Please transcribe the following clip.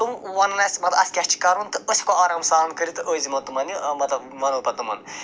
تِم وَنَن اَسہِ مطلب اَسہِ کیٛاہ چھِ کَرُن تہٕ أسۍ ہٮ۪کَو آرام سان کٔرِتھ تہٕ أسۍ دِمو تِمَن یہِ مطلب وَنَو پتہٕ تِمَن